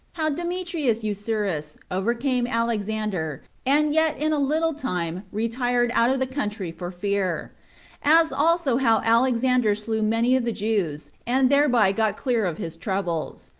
how demetrius eucerus overcame alexander and yet in a little time retired out of the country for fear as also how alexander slew many of the jews and thereby got clear of his troubles.